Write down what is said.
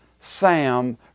Sam